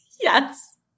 Yes